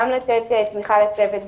גם לתת תמיכה לצוות,